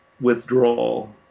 withdrawal